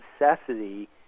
necessity